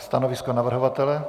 Stanovisko navrhovatele?